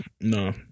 no